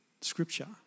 Scripture